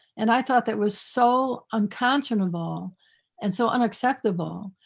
and i thought that was so unconscionable and so unacceptable.